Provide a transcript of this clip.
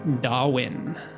Darwin